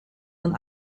een